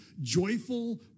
joyful